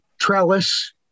trellis